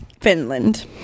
Finland